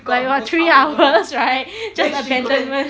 like what three hours right just abandonment